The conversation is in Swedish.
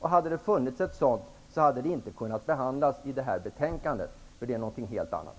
Hade det funnits ett sådant förslag, hade det inte kunnat behandlas i detta betänkande, för det rör någonting helt annat.